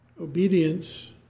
Obedience